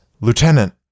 Lieutenant